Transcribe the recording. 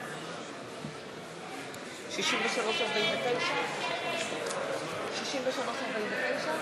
לסעיף 23. בעד ההסתייגות הצביעו 49 חברי כנסת,